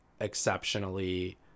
exceptionally